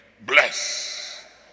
bless